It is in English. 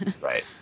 Right